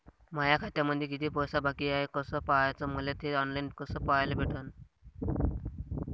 माया खात्यामंधी किती पैसा बाकी हाय कस पाह्याच, मले थे ऑनलाईन कस पाह्याले भेटन?